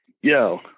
Yo